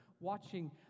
watching